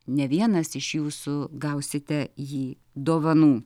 ne vienas iš jūsų gausite jį dovanų